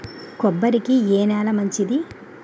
కొబ్బరి కి ఏ నేల మంచిది?